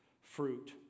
fruit